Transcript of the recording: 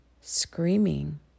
screaming